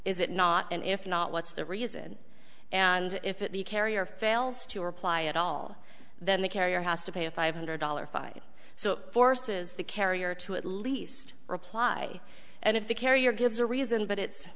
is it not and if not what's the reason and if it the carrier fails to reply at all then the carrier has to pay a five hundred dollars five so forces the carrier to at least reply and if the carrier gives a reason but it's